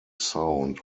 sound